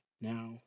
Now